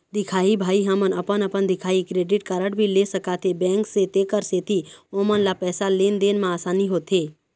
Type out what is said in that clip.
दिखाही भाई हमन अपन अपन दिखाही क्रेडिट कारड भी ले सकाथे बैंक से तेकर सेंथी ओमन ला पैसा लेन देन मा आसानी होथे?